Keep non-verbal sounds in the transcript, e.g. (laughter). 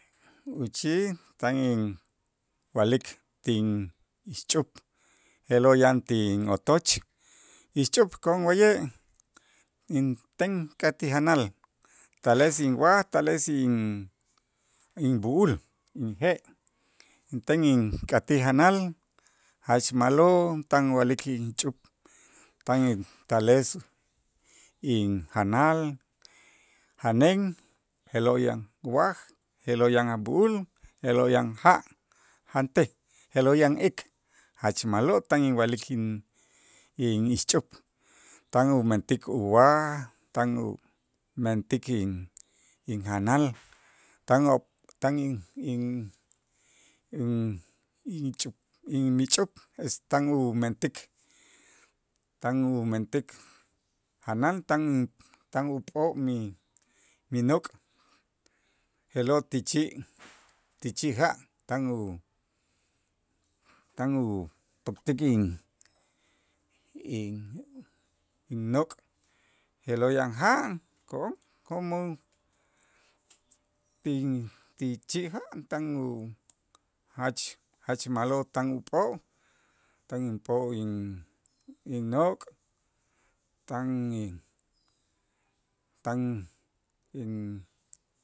Uchij tan inwa'lik tin ixch'up je'lo' yan tin otoch ixch'up ko'on wa'ye', inten ka' ti janal tales inwaj tales in- inb'u'ul, inje' inten ink'atij janal jach ma'lo' tan inwa'lik ixch'up tan intales injanal, janeen je'lo' yan waj, je'lo' yan a' b'u'ul, je'lo' yan ja', jantej je'lo' yan ik jach ma'lo' tan inwa'lik in- in ixch'up, tan umentik uwaj, tan umentik injanal tan op, tan in- in- in ch'up inmich'up es tan umentik tan umentik janal, tan m up'o' mi nok', je'lo' ti chi' ti chi' ja' tan u tan upoptik in- in (hesitation) innok' je'lo' yan ja', ko'on ko'on mu ti ti chi' ja' tan u jach ma'lo' tan up'o' tan inp'o' in- innok', tan in- tan in